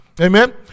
Amen